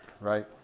right